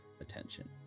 attention